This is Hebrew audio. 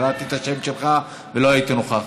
קראתי את השם שלך ולא היית נוכח.